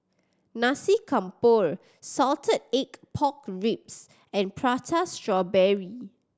Nasi Campur salted egg pork ribs and Prata Strawberry